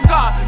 God